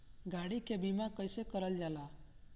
गाड़ी के बीमा कईसे करल जाला?